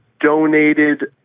Donated